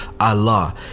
Allah